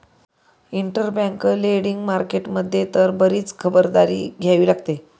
interbank lending market मध्ये तर बरीच खबरदारी घ्यावी लागते